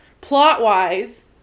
Plot-wise